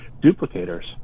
duplicators